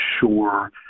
sure